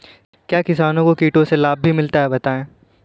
क्या किसानों को कीटों से लाभ भी मिलता है बताएँ?